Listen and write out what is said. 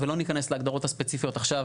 ולא נכנס להגדרות הספציפיות האלה עכשיו,